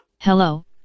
Hello